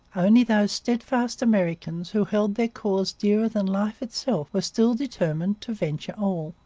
only those steadfast americans who held their cause dearer than life itself were still determined to venture all.